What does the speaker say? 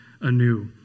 anew